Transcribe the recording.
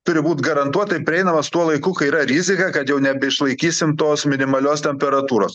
turi būt garantuotai prieinamas tuo laiku kai yra rizika kad jau nebeišlaikysim tos minimalios temperatūros